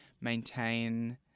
maintain